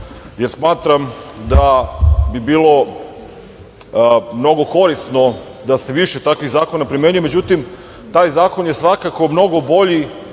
jer smatram da bi bilo mnogo korisno da se više takvih zakona primenjuje. Međutim, taj zakon je svakako mnogo bolji